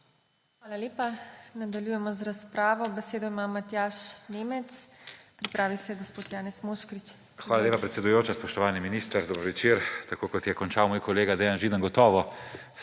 Hvala lepa. Nadaljujemo z razpravo. Besedo ima Matjaž Nemec, pripravi se gospod Janez Moškrič. **MATJAŽ NEMEC (PS SD):** Hvala lepa, predsedujoča. Spoštovani minister, dober večer! Tako kot je končal moj kolega Dejan Židan – gotovo